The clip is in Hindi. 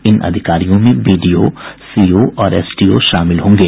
इन अधिकारियों में बीडीओ सीओ और एसडीओ शामिल होंगे